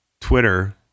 Twitter